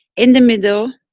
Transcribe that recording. in the middle